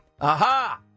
Aha